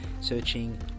searching